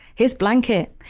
his blanket,